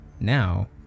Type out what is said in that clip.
now